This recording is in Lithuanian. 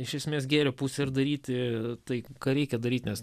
iš esmės gėrio pusę ir daryti tai ką reikia daryt nes